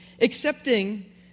Accepting